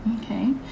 Okay